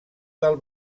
del